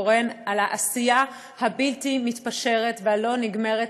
קורן על העשייה הבלתי-מתפשרת והלא-נגמרת.